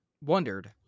wondered